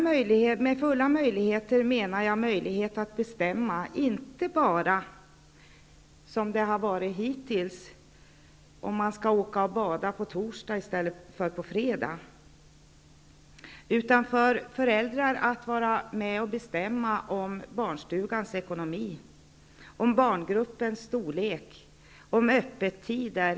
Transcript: Med fulla möjligheter menar jag möjlighet att bestämma inte bara, som det har varit hittills, om man skall åka och bada på torsdag i stället för på fredag, utan föräldrarna skall kunna vara med och bestämma om barnstugans ekonomi, om barngruppens storlek och om öppettider.